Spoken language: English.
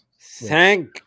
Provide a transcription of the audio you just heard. Thank